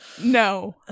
no